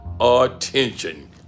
attention